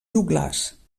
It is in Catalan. joglars